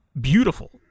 beautiful